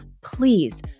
please